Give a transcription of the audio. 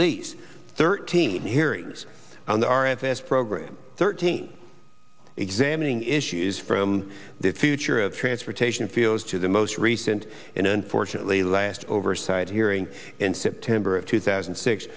least thirteen hearings on the r f s program thirteen examining issue is from the future of transportation fios to the most recent in unfortunately last oversight hearing in september of two thousand